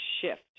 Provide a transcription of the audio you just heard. shift